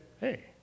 hey